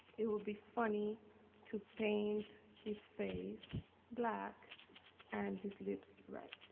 it would be funny to paint his face black and his lips red.